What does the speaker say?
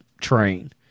train